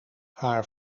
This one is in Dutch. haar